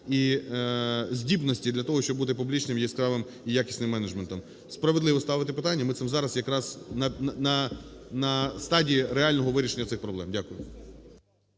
і здібності для того, щоб бути публічним, яскравим і якісним менеджментом. Справедливо ставите питання, ми цим зараз якраз на стадії реального вирішення цих проблем. Дякую.